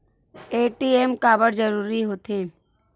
ATM काबर जरूरी हो थे?